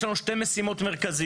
יש לנו שתי משימות מרכזיות,